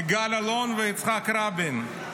יגאל אלון ויצחק רבין,